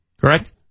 correct